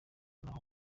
n’aho